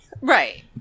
right